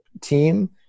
team